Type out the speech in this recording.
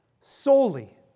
solely